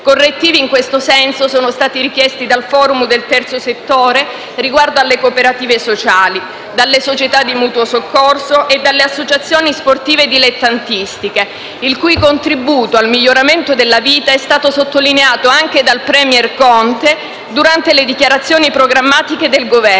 Correttivi in questo senso sono stati richiesti dal *forum* del terzo settore riguardo alle cooperative sociali, dalle società di mutuo soccorso e dalle associazioni sportive dilettantistiche il cui contributo al miglioramento della vita è stato sottolineato durante le dichiarazioni programmatiche del Governo